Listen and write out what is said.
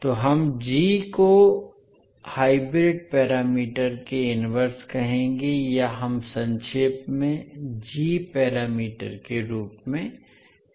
तो हम जी को हाइब्रिड पैरामीटर के इनवर्स कहेंगे या हम संक्षेप में जी पैरामीटर के रूप में कहेंगे